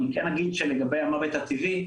אני רק אגיד שלגבי המוות הטבעי,